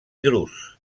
drus